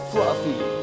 Fluffy